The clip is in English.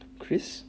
chris